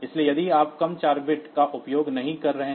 इसलिए यदि आप कम 4 बिट्स का उपयोग नहीं कर रहे हैं